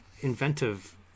inventive